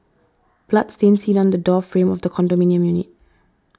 blood stain seen on the door frame of the condominium unit